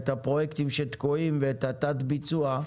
את הפרויקטים שתקועים ואת התת ביצוע,